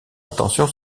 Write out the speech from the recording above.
attention